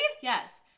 Yes